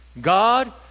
God